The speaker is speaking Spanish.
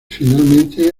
finalmente